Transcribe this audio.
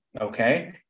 okay